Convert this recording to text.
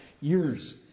years